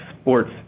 sports